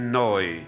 noi